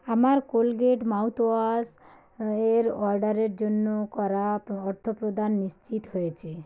আমার Colgate mouthwash এর অর্ডারের জন্য করা অর্থপ্রদান নিশ্চিত হয়েছে